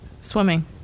Swimming